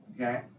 Okay